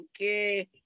okay